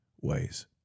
ways